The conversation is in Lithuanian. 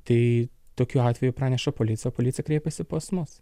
tai tokiu atveju praneša policija policija kreipiasi pas mus